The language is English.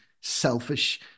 selfish